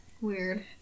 Weird